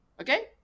Okay